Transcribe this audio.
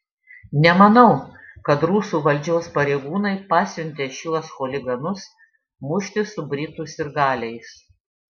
nemanau kad rusų valdžios pareigūnai pasiuntė šiuos chuliganus muštis su britų sirgaliais